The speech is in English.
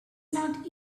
not